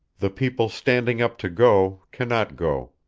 the people standing up to go cannot go,